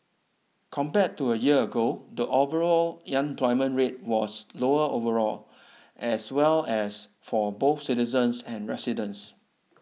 compared to a year ago the overall young employment rate was lower overall as well as for both citizens and residents